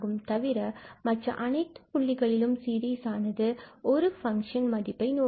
தவிர மற்ற அனைத்துப் புள்ளிகளிலும் சீரிஸ் ஆனது ஒரு ஃபங்ஷனில் 𝑓 𝜋மதிப்பை நோக்கி வரும்